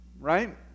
right